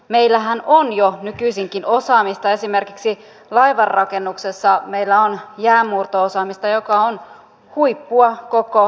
meillähän on jo nykyisinkin osaamista esimerkiksi laivanrakennuksessa meillä on jäänmurto osaamista joka on huippua koko maailmassa